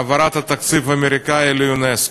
העברת התקציב האמריקני לאונסק"ו.